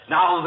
Now